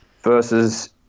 Versus